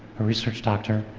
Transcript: a research doctor,